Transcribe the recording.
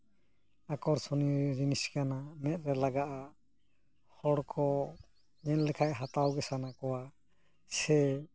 ᱟᱠᱚᱨᱥᱚᱱᱤᱭᱚ ᱡᱤᱱᱤᱥ ᱠᱟᱱᱟ ᱢᱮᱸᱫ ᱨᱮ ᱞᱟᱜᱟᱜᱼᱟ ᱦᱚᱲ ᱠᱚ ᱧᱮᱞ ᱞᱮᱠᱷᱟᱡ ᱦᱟᱛᱟᱣ ᱜᱮ ᱥᱟᱱᱟ ᱠᱚᱣᱟ ᱥᱮ